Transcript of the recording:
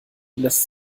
lässt